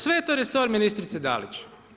Sve je to resor ministrice Dalić.